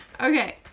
Okay